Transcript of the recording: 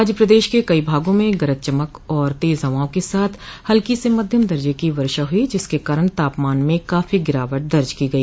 आज प्रदेश के कई भागों में गरज चमक और तेज हवाओं के साथ हल्की से मध्यम दर्जे की वर्षा हुई जिसके कारण तापमान में काफी गिरावट दर्ज की गई